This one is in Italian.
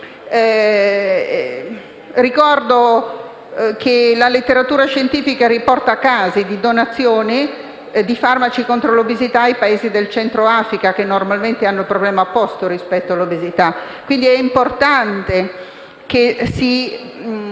Ricordo che la letteratura scientifica riporta casi di donazione di farmaci contro l'obesità a Paesi del Centro Africa, che di norma hanno il problema opposto a quello dell'obesità. Quindi è importante che si